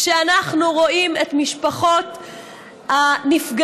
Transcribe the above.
כשאנחנו רואים את משפחות הנפגעים,